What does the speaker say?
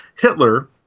Hitler